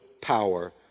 power